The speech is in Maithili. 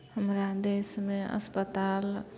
हमरा देशमे अस्पताल